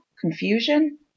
Confusion